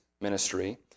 ministry